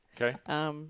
Okay